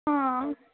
অঁ